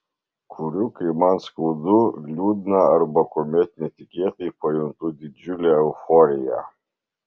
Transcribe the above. kuriu kai man skaudu liūdna arba kuomet netikėtai pajuntu didžiulę euforiją